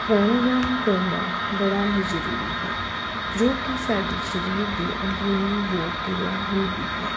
ਪ੍ਰਾਣਾਯਾਮ ਕਰਨਾ ਬੜਾ ਹੀ ਜ਼ਰੂਰੀ ਹੈ ਜੋ ਕਿ ਸਾਡੇ ਸਰੀਰ ਦੇ ਅੰਦਰੂਨੀ ਯੋਗ ਕਿਰਿਆ ਹੁੰਦੀ ਹੈ